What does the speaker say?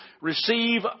receive